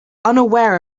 unaware